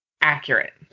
accurate